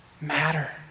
matter